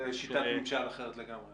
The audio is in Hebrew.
זה שיטת ממשל אחרת לגמרי.